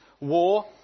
war